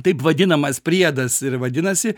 taip vadinamas priedas ir vadinasi